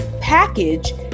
package